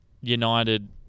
United